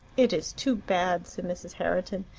it is too bad, said mrs. herriton.